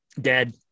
Dead